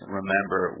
remember